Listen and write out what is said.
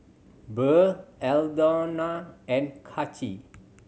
Burr Aldona and Kaci